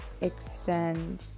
Extend